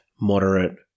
moderate